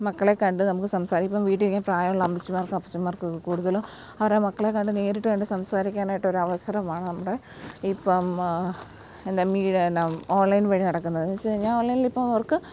മക്കളെക്കണ്ട് നമുക്ക് സംസാരിച്ച് ഇപ്പം വീട്ടിലിരിക്കുന്ന പ്രായമുള്ള അമ്മച്ചിമാർക്കും അപ്പച്ചന്മാർക്കും കൂടുതലും അവരുടെ മക്കളെക്കണ്ട് നേരിട്ട് കണ്ട് സംസാരിക്കാനായിട്ട് ഒരവസരം നമ്മുടെ ഇപ്പം എന്താ മീ എന്ന ഓൺലൈൻ വഴി നടക്കുന്നത് എന്നുവെച്ചു കഴിഞ്ഞാൽ ഓൺലൈനിലിപ്പം അവർക്ക്